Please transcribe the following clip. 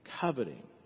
coveting